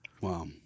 Wow